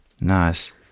Nice